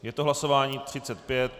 Je to hlasování 35.